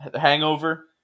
Hangover